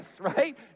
right